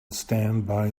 standby